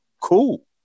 Cool